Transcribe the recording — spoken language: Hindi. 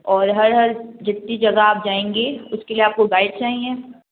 और हर हर जितनी जगह आप जाएंगे उसके लिए आपको गाइड चाहिए